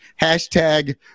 hashtag